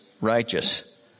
righteous